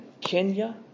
Kenya